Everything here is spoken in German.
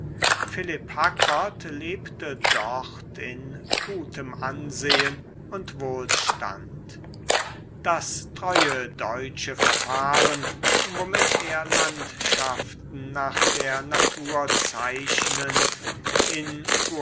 philipp hackert lebte dort in gutem ansehen und wohlstand das treue deutsche verfahren womit er landschaften nach der natur zeichnend in